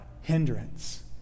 hindrance